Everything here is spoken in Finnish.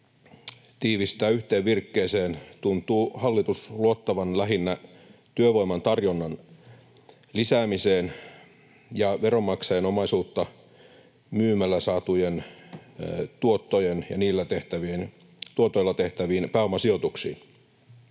tiivistää yhteen virkkeeseen, tuntuu hallitus luottavan lähinnä työvoiman tarjonnan lisäämiseen ja veronmaksajan omaisuuden myynnistä saaduilla tuotoilla tehtäviin pääomasijoituksiin.